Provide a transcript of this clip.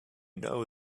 know